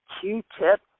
Q-tip